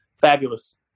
fabulous